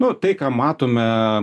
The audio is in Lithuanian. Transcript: nu tai ką matome